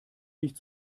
nicht